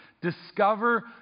Discover